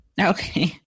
Okay